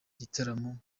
gitaramo